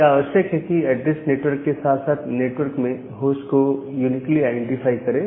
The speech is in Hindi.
यह आवश्यक है कि एड्रेस नेटवर्क के साथ साथ नेटवर्क में होस्ट को यूनिकली आईडेंटिफाई करें